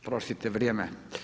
Oprostite, vrijeme.